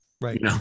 Right